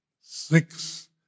Six